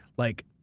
like